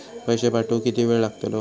पैशे पाठवुक किती वेळ लागतलो?